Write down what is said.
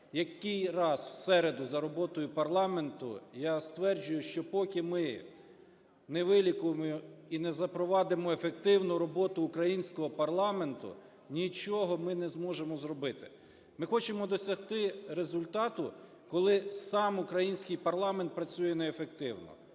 який раз в середу за роботою парламенту, я стверджую, що, поки ми не вилікуємо і не запровадимо ефективну роботу українського парламенту, нічого ми не зможемо зробити. Ми хочемо досягти результату, коли сам український парламент працює неефективно.